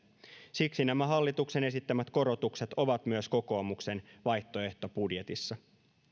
siksi nämä hallituksen esittämät korotukset ovat myös kokoomuksen vaihtoehtobudjetissa